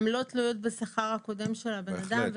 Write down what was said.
הן לא תלויות בשכר הקודם של הבן אדם,